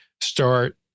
start